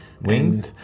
Wings